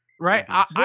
Right